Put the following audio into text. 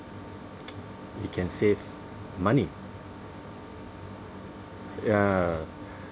we can save money ya